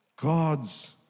God's